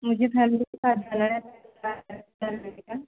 मुझे फ़ैमिली के साथ जाना है क्या लगेगा